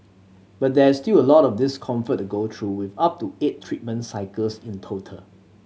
but there is still a lot of discomfort to go through with up to eight treatment cycles in total